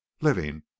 living